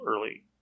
early